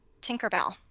Tinkerbell